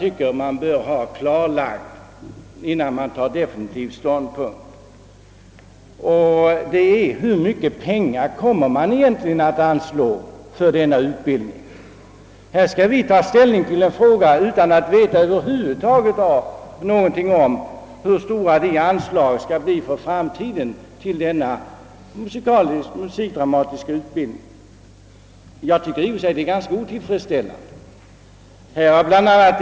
Vidare bör klarläggas hur mycket som kommer att anslås för denna utbildning. Här skall vi nu ta ställning till ärendet utan att veta någonting om hur stora anslagen till den musikaliska och musikdramatiska utbildningen kan bli för framtiden. Det är helt otillfredsställande.